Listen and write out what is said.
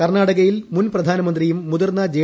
കർണ്ണാടകയിൽ മുൻ പ്രധാനമന്ത്രിയും മുതിർന്ന ജെ